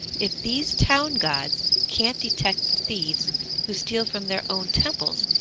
if these town gods can't detect the thieves who steal from their own temples,